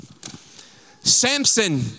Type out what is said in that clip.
Samson